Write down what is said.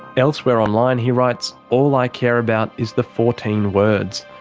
elsewhere online, he writes, all i care about is the fourteen words.